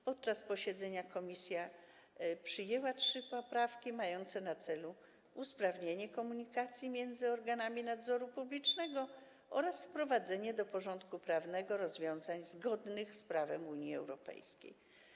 Podczas posiedzenia komisja przyjęła trzy poprawki mające na celu usprawnienie komunikacji między organami nadzoru publicznego oraz wprowadzenie do porządku prawnego rozwiązań zgodnych z prawem Unii Europejskiej.